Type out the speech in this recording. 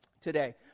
Today